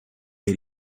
ate